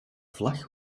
vlag